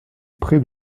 pré